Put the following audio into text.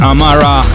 Amara